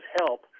help